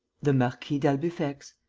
the marquis d'albufex,